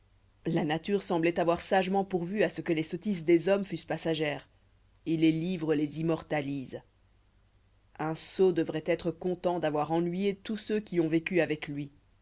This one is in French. la nature sembloit avoir sagement pourvu à ce que les sottises des hommes fussent passagères et les livres les immortalisent un sot devroit être content d'avoir ennuyé tous ceux qui ont vécu avec lui